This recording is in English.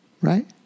Right